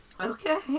Okay